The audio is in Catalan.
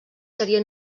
seria